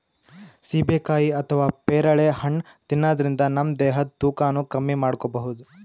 ಸೀಬೆಕಾಯಿ ಅಥವಾ ಪೇರಳೆ ಹಣ್ಣ್ ತಿನ್ನದ್ರಿನ್ದ ನಮ್ ದೇಹದ್ದ್ ತೂಕಾನು ಕಮ್ಮಿ ಮಾಡ್ಕೊಬಹುದ್